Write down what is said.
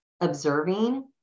observing